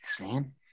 man